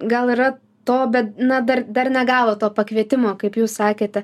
gal yra to bet na dar dar negavo to pakvietimo kaip jūs sakėte